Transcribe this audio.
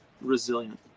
resilient